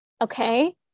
okay